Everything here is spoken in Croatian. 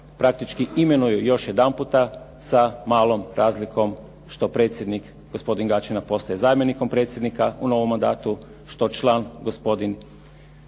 praktički imenuju još jedanputa sa malom razlikom što predsjednik, gospodin Gaćina, postaje zamjenikom predsjednika u novom mandatu, što član gospodin